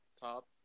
top